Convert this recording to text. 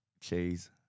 cheese